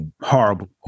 horrible